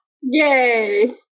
Yay